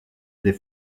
des